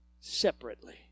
separately